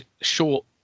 short